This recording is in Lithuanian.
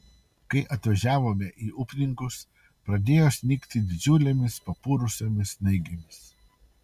kai atvažiavome į upninkus pradėjo snigti didžiulėmis papurusiomis snaigėmis